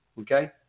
okay